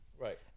right